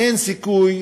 אין סיכוי